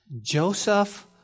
Joseph